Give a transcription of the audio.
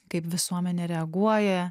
kaip visuomenė reaguoja